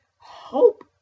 Hope